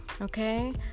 okay